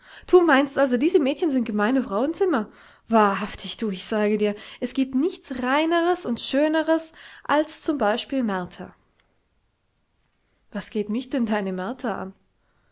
du meinst also diese mädchen sind gemeine frauenzimmer wahrhaftig du ich sage dir es giebt nichts reineres und schöneres als z b martha was geht mich denn deine martha an